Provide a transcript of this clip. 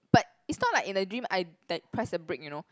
but it's not like in the dream I like press the brake you know